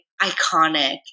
iconic